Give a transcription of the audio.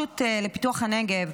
לפיתוח הנגב.